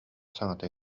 саҥата